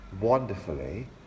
wonderfully